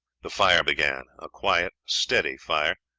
the fire began a quiet, steady fire,